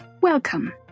Welcome